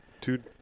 two